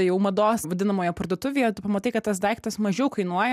jau mados vadinamoje parduotuvėje tu pamatai kad tas daiktas mažiau kainuoja